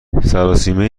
سراسیمه